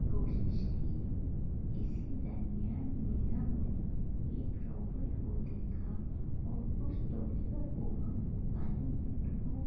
کوشش کی اسی درمیان میں ہم نے ایک ٹوویل کو دیکھا اور اس تولیہ کو ہم نے پانی میں ڈبو کر